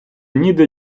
ніде